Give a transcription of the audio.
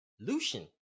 Lucian